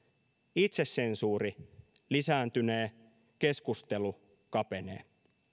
itsesensuuri lisääntynee keskustelu kapenee